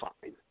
fine